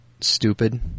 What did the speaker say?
stupid